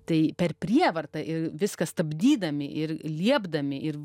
tai per prievartą ir viską stabdydami ir liepdami ir